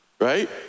Right